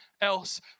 else